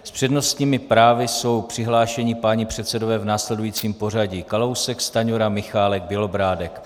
S přednostními právy jsou přihlášeni páni předsedové v následujícím pořadí: Kalousek, Stanjura, Michálek, Bělobrádek.